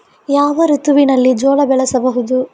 ಯಾವ ಋತುವಿನಲ್ಲಿ ಜೋಳ ಬೆಳೆಸಬಹುದು?